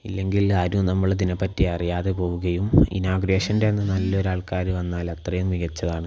ഇല്ലെങ്കിൽ ആരും നമ്മൾ ഇതിനെപ്പറ്റി അറിയാതെ പോവുകയും ഇനാകുരേഷൻ്റെ അന്ന് നല്ലൊരു ആൾക്കാർ വന്നാൽ അത്രയും മികച്ചതാണ്